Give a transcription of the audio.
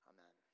Amen